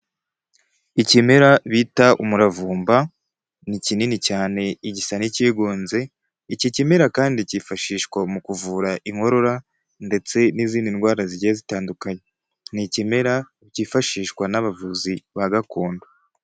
Ikimera bita umuravumba ni kinini cyane igisa n'icyigonze, iki kimera kandi cyifashishwa mu kuvura inkorora ndetse n'izindi ndwara zigiye zitandukanye, ni ikimera cyifashishwa n'abavuzi ba gakondo.